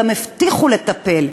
גם הבטיחו לטפל.